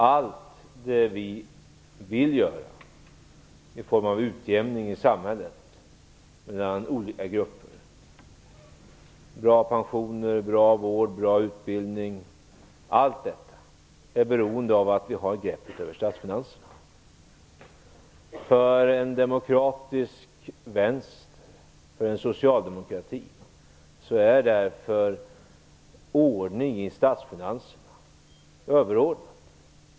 Allt vi vill göra i form av utjämning mellan olika grupper i samhället - bra pensioner, bra vård, bra utbildning - är beroende av att vi har grepp över statsfinanserna. För en demokratisk vänster, för en socialdemokrati, är därför ordningen i statsfinanserna överordnad.